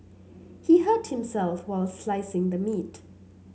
he hurt himself while slicing the meat